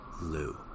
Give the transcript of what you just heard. Lou